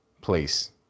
place